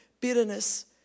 bitterness